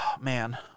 Man